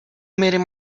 meeting